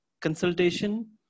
consultation